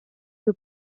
que